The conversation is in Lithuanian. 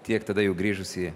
tiek tada jau grįžusi